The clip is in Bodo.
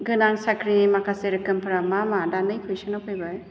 गोनां साख्रिनि माखासे रोखोमफोरा मामा दानि कुयसना फैबाय